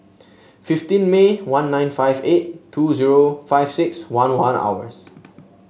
fifteen May one nine five eight two zero five six one one hours